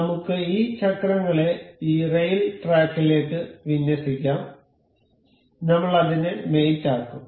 നമുക്ക് ഈ ചക്രങ്ങളെ ഈ റെയിൽ ട്രാക്കിലേക്ക് വിന്യസിക്കാം നമ്മൾ അതിനെ മേറ്റ് ആക്കും